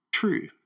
true